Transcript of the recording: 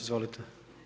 Izvolite.